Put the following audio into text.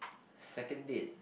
second date